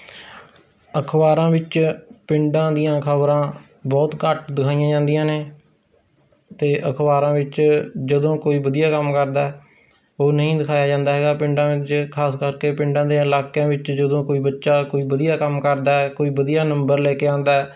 ਅਖਬਾਰਾਂ ਵਿੱਚ ਪਿੰਡਾਂ ਦੀਆਂ ਖਬਰਾਂ ਬਹੁਤ ਘੱਟ ਦਿਖਾਈਆਂ ਜਾਂਦੀਆਂ ਨੇ ਅਤੇ ਅਖਬਾਰਾਂ ਵਿੱਚ ਜਦੋਂ ਕੋਈ ਵਧੀਆ ਕੰਮ ਕਰਦਾ ਹੈ ਉਹ ਨਹੀਂ ਦਿਖਾਇਆ ਜਾਂਦਾ ਹੈਗਾ ਪਿੰਡਾਂ ਵਿਚ ਖਾਸ ਕਰਕੇ ਪਿੰਡਾਂ ਦੇ ਇਲਾਕਿਆਂ ਵਿੱਚ ਜਦੋਂ ਕੋਈ ਬੱਚਾ ਕੋਈ ਵਧੀਆ ਕੰਮ ਕਰਦਾ ਹੈ ਕੋਈ ਵਧੀਆ ਨੰਬਰ ਲੈ ਕੇ ਆਉਂਦਾ